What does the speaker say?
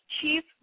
Chief